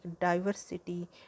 diversity